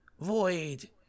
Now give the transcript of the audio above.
Void